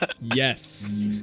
Yes